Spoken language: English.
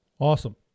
Awesome